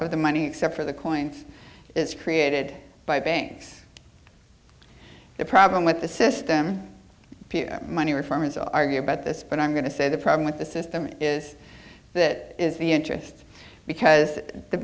of the money except for the coins is created by banks the problem with the system money reforms argue about this but i'm going to say the problem with the system is that is the interest because the